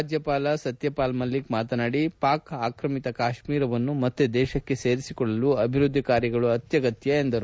ರಾಜ್ಯಪಾಲ ಸತ್ಯಪಾಲ್ ಮಲ್ಲಿಕ್ ಪಾಕ್ ಆಕ್ರಮಿತ ಕಾಶ್ಮೀರವನ್ನು ಮತ್ತೆ ದೇಶಕ್ಕೆ ಸೇರಿಸಿಕೊಳ್ಳಲು ಅಭಿವೃದ್ದಿ ಕಾರ್ಯಗಳು ಅತ್ಯಗತ್ಯ ಎಂದು ಹೇಳಿದರು